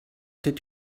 did